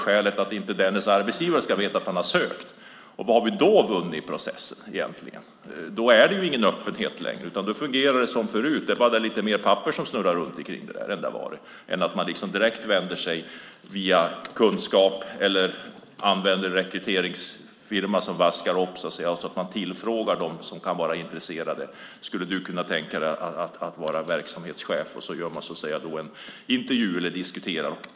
Skälet är att arbetsgivaren inte ska veta att personen i fråga har sökt. Vad har vi då vunnit i processen? Då är det ingen öppenhet längre. Då fungerar det som förut. Det är bara lite mer papper som snurrar runt. I stället kan man vända sig direkt till dem som kan vara intresserade eller använda en rekryteringsfirma som vaskar fram någon och tillfrågar: Skulle du kunna tänka dig att vara verksamhetschef? Därefter gör man en intervju och diskuterar.